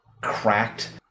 cracked